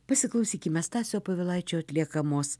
pasiklausykime stasio povilaičio atliekamos